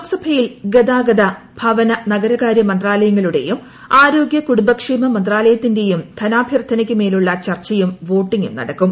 ലോക്സഭയിൽ ഗതാഗത ഭവന എന്റർമകാര്യ മന്ത്രാലയങ്ങളു ടെയും ആരോഗ്യ കുടുംബിക്ക്ഷ്മ മന്ത്രാലയത്തിന്റെയും ധനാഭ്യർത്ഥനയ്ക്ക് മേലുള്ള ക്ട്രിച്ചിയും വോട്ടിംഗും നടക്കും